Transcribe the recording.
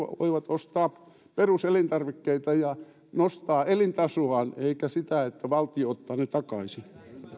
voivat ostaa peruselintarvikkeita ja nostaa elintasoaan eikä niin että valtio ottaa ne takaisin